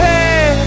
Hey